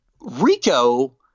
Rico